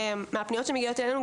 מהפניות שמגיעות אלינו,